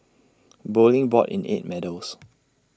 bowling brought in eight medals